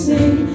Sing